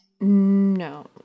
no